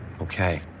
okay